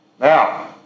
Now